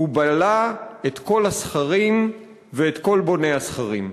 הוא בלע / את כל הסכרים ואת כל בוני הסכרים".